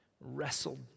wrestled